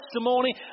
testimony